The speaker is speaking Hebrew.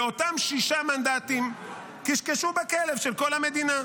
ואותם שישה מנדטים כשכשו בכלב של כל המדינה,